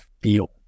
feel